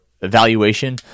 evaluation